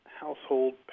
household